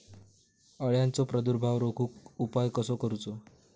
अळ्यांचो प्रादुर्भाव रोखुक उपाय कसो करूचो?